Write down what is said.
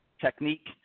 technique